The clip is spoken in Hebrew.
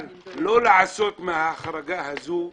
אבל לא לעשות מההחרגה הזו אקזיט,